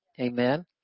Amen